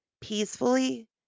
peacefully